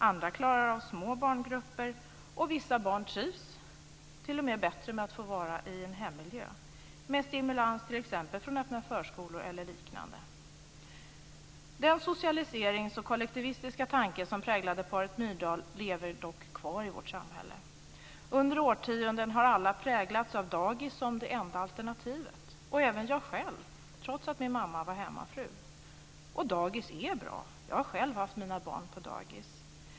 Andra klarar av små barngrupper, och vissa barn trivs t.o.m. bättre med att få vara i en hemmiljö med stimulans t.ex. från öppna förskolor eller liknande. Den socialiseringstanke och kollektivistiska tanke som präglade paret Myrdal lever dock kvar i vårt samhälle. Under årtionden har alla präglats av dagis som det enda alternativet, även jag själv, trots att min mamma var hemmafru. Dagis är bra. Jag har själv haft mina barn på dagis.